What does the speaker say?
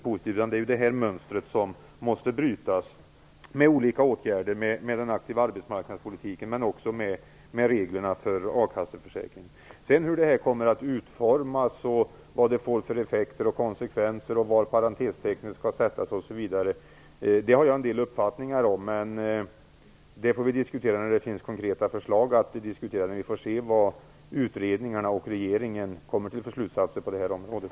Det mönstret måste brytas genom olika åtgärder - med den aktiva arbetsmarknadspolitiken men också med en förändring av reglerna för a-kasseförsäkring. Hur det här sedan kommer att utformas och vad det får för effekter och konsekvenser, var parentestecknen skall sättas, osv. har jag en del uppfattningar om, men det får vi diskutera när det finns konkreta förslag att diskutera, när vi får se vad utredningarna och regeringen kommer till för slutsatser på det här området.